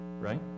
right